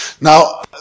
Now